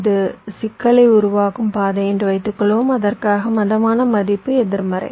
இது சிக்கலை உருவாக்கும் பாதை என்று வைத்துக்கொள்வோம் அதற்காக மந்தமான மதிப்பு எதிர்மறை